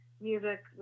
music